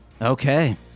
Okay